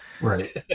Right